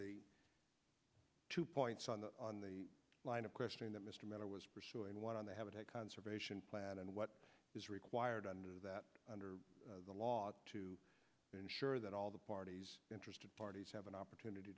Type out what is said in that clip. of points on the on the line of questioning that mr miller was pursuing why don't they have a conservation plan and what is required under that under the law to ensure that all the parties interested parties have an opportunity